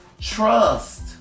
trust